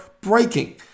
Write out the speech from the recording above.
breaking